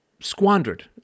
squandered